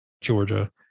Georgia